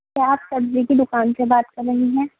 کیا آپ سبزی کی دُکان سے بات کر رہے ہیں